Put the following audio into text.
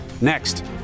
Next